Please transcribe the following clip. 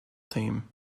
team